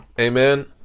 Amen